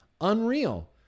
Unreal